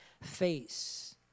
face